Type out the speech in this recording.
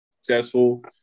successful